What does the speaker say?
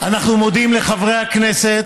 אנחנו מודים לחברי הכנסת.